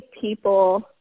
people